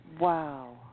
Wow